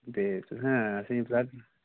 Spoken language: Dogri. ते तुसें असेंगी